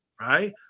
right